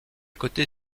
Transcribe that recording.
côté